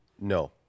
No